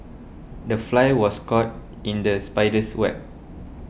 the fly was caught in the spider's web